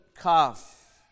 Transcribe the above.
calf